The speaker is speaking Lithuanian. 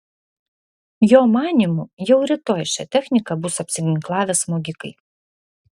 jo manymu jau rytoj šia technika bus apsiginklavę smogikai